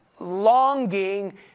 longing